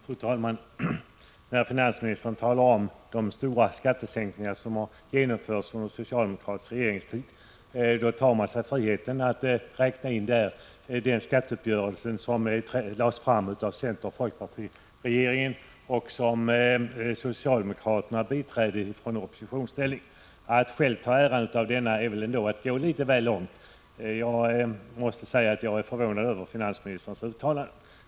Fru talman! När finansministern talar om de stora skattesänkningar som har genomförts under den socialdemokratiska regeringstiden tar han sig friheten att räkna in den skatteuppgörelse som centeroch folkpartiregeringen lade fram och som socialdemokraterna biträdde från oppositionsställning. Att själv ta äran av denna är väl ändå att gå litet väl långt. Jag är förvånad över finansministerns uttalande.